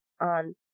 on